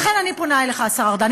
לכן אני פונה אליך, השר ארדן.